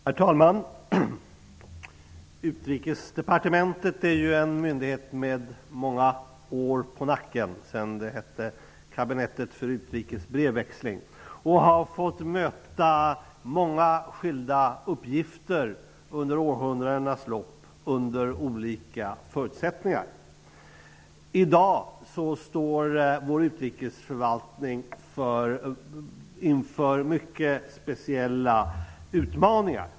Herr talman! Utrikesdepartementet är en myndighet med många år på nacken sedan det hade namnet Kabinettet för utrikes brevväxling. Departementet har fått möta många skilda uppgifter med olika förutsättningar under århundradenas lopp. I dag står vår utrikesförvaltning inför mycket speciella utmaningar.